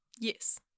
Yes